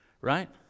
Right